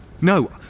No